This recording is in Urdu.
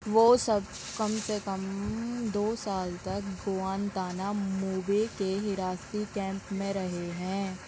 وہ سب کم سے کم دو سال تک گوانتانا موبے کے حراستی کیمپ میں رہے ہیں